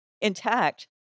Intact